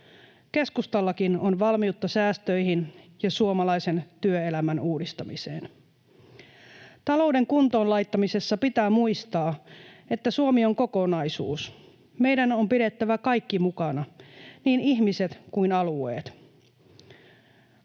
Keskustallakin on valmiutta säästöihin ja suomalaisen työelämän uudistamiseen. Talouden kuntoon laittamisessa pitää muistaa, että Suomi on kokonaisuus. Meidän on pidettävä kaikki mukana, niin ihmiset kuin alueet.